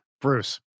Bruce